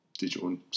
Digital